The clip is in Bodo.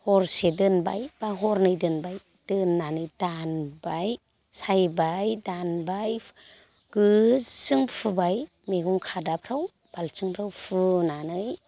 हरसे दोनबाय एबा हरनै दोनबाय दोननानै दानबाय सायबाय दानबाय गोजों फुबाय मैगं खादाफ्राव बालथिंफ्राव फुनानै